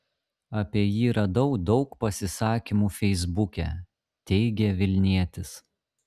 apie jį radau daug pasisakymų feisbuke teigė vilnietis